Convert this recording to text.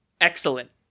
Excellent